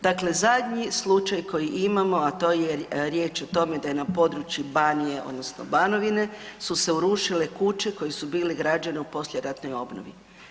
Dakle, zadnji slučaj koji imamo, a to je riječ o tome da je na području Banije odnosno Banovine su se urušile kuće koje su bile građene u poslijeratnoj obnovi.